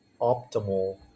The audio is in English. optimal